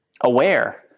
aware